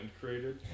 created